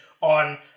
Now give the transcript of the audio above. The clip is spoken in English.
on